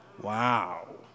Wow